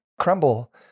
crumble